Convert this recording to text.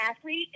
athlete